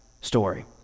story